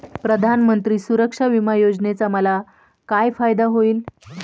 प्रधानमंत्री सुरक्षा विमा योजनेचा मला काय फायदा होईल?